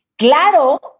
Claro